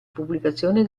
pubblicazione